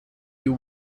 you